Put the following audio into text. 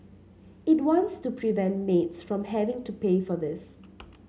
it wants to prevent maids from having to pay for this